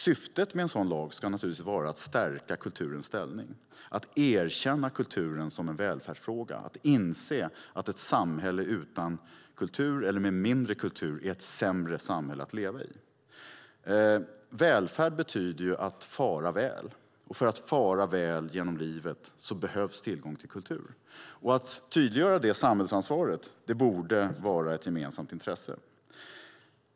Syftet med en sådan lag ska naturligtvis vara att stärka kulturens ställning, att erkänna kulturen som en välfärdsfråga, att inse att ett samhälle utan kultur eller med mindre kultur är ett sämre samhälle att leva i. Välfärd betyder att fara väl, och för att fara väl genom livet behövs tillgång till kultur. Att tydliggöra det samhällsansvaret borde vara ett gemensamt intresse.